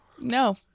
no